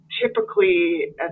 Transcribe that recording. typically